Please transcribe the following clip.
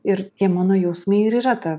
ir tie mano jausmai ir yra ta